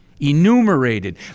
enumerated